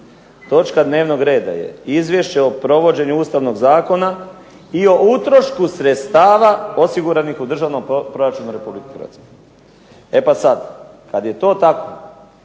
Točka dnevnog reda je Izvješće o provođenju Ustavnog zakona i o utrošku sredstava osiguranih u Državnom proračunu RH. E pa sad kad je to tako,